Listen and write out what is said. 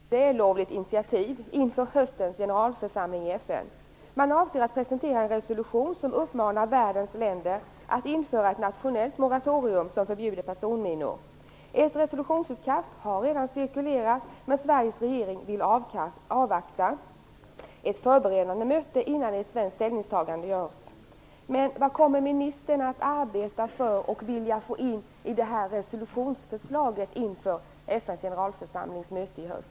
Fru talman! Ett vällovligt initiativ har tagits inför höstens generalförsamling i FN. Man avser att presentera en resolution som uppmanar världens länder att införa ett nationellt moratorium som förbjuder personminor. Ett resolutionsutkast har redan cirkulerat. Men Sveriges regering vill avvakta ett förberedande möte innan ett svenskt ställningstagande görs. Vad kommer försvarsministern att arbeta för att få in i resolutionsförslaget inför FN:s generalförsamlings möte i höst?